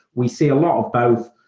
we see a lot of both,